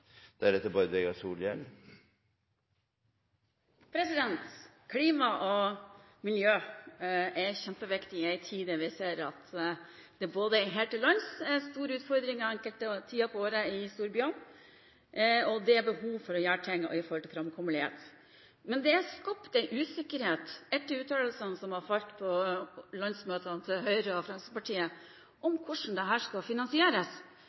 Klima og miljø er kjempeviktig i en tid der vi ser at det her til lands til enkelte tider på året er store utfordringer i storbyene. Det er behov for å gjøre noe med framkommelighet. Men det er skapt en usikkerhet etter uttalelsene som har falt på landsmøtene til Høyre og Fremskrittspartiet, om hvordan dette skal finansieres.